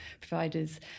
providers